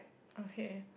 okay